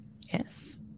Yes